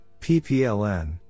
ppln